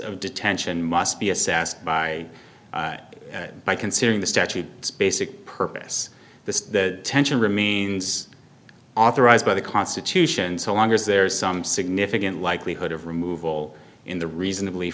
of detention must be assessed by by considering the statute its basic purpose the tension remains authorized by the constitution so long as there's some significant likelihood of removal in the reasonably